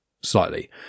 slightly